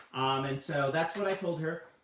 and so that's what i told her.